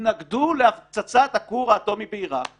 התנגדו להפצצת הכור האטומי בעירק,